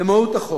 למהות החוק.